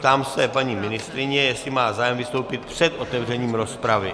Ptám se paní ministryně, jestli má zájem vystoupit před otevřením rozpravy.